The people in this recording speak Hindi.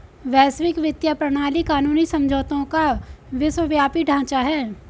वैश्विक वित्तीय प्रणाली कानूनी समझौतों का विश्वव्यापी ढांचा है